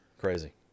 crazy